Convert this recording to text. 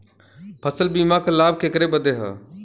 फसल बीमा क लाभ केकरे बदे ह?